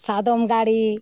ᱥᱟᱫᱚᱢ ᱜᱟᱹᱲᱤ